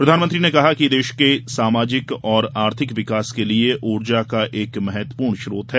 प्रधानमंत्री ने कहा कि देश के सामाजिक और आर्थिक विकास के लिए ऊर्जा एक महत्वपूर्ण स्रोत है